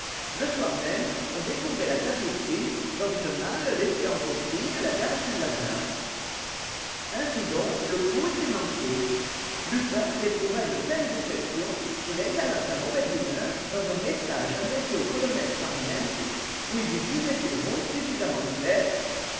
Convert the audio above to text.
le soir même on découvrait la tapisserie dans une malle laissée en consigne à la gare saint-lazare ainsi donc le coup était manqué lupin en éprouva une telle déception qu'il exhala sa mauvaise humeur dans un message adressé au colonel sparmiento où il lui disait ces mots suffisamment clairs